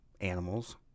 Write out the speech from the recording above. animals